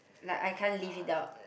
like I can't live without